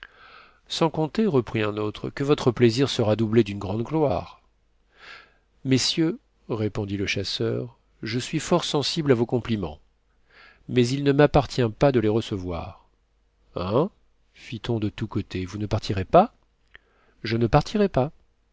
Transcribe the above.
sans compter reprit un autre que votre plaisir sera doublé d'une grande gloire messieurs répondit le chasseur je suis fort sensible à vos compliments mais il ne m'appartient pas de les recevoir hein fit on de tous côtés vous ne partirez pas je ne partirai pas